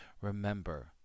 Remember